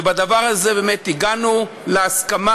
ובדבר הזה באמת הגענו להסכמה,